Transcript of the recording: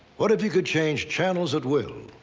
what if you could change channels at will,